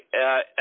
Okay